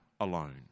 alone